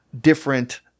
different